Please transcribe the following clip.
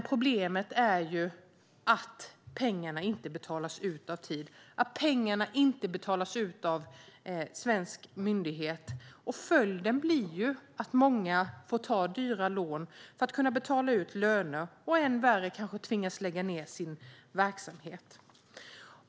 Problemet är att pengarna inte betalas ut i tid av en svensk myndighet. Följden blir att många får ta dyra lån för att kunna betala ut löner. Ännu värre är att de kanske tvingas lägga ned sin verksamhet.